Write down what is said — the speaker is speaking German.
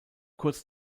kurz